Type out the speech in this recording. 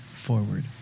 forward